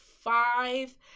five